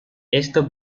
esto